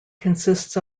consists